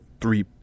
three